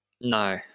No